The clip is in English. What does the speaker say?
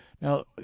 Now